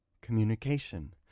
communication